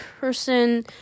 person